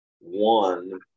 One